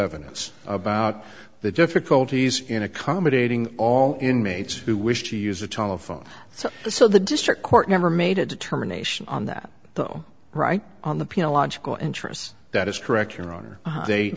evidence about the difficulties in accommodating all inmates who wish to use a telephone so the so the district court never made a determination on that though right on the piano logical interest that is correct your honor they